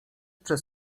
przez